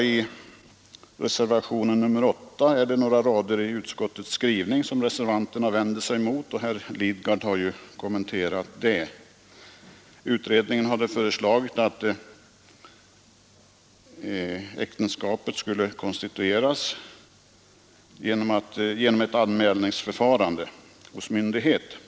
I reservationen 8 är det några rader i utskottets skrivning som reservanterna vänder sig mot. Herr Lidgard har kommenterat detta. Utredningen hade föreslagit att äktenskapet skulle konstitueras genom ett anmälningsförfarande hos myndighet.